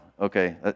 okay